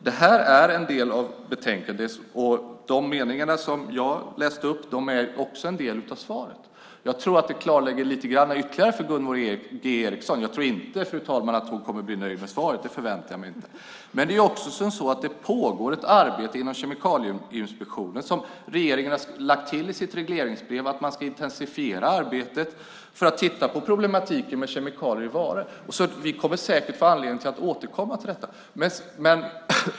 Det är en del i betänkandet, och det jag läste upp är också en del av svaret. Jag tror att det är ett ytterligare klargörande. Däremot tror jag inte, fru talman, att Gunvor G Ericson blir nöjd med svaret. Det förväntar jag mig inte. Det pågår ett arbete vid Kemikalieinspektionen. Regeringen har i sitt regleringsbrev lagt till att man ska intensifiera arbetet med att titta på problematiken med kemikalier i varor, så vi kommer säkert att få anledning att återkomma till detta.